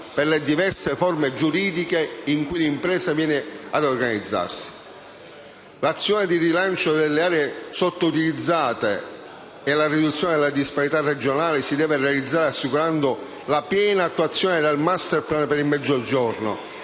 per le diverse forme giuridiche in cui l'impresa viene ad organizzarsi. L'azione di rilancio delle aree sottoutilizzate e la riduzione delle disparità regionali si deve realizzare assicurando la piena attuazione del *masterplan* per il Mezzogiorno